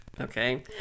Okay